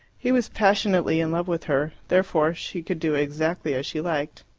he was passionately in love with her therefore she could do exactly as she liked.